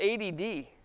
ADD